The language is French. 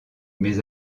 mes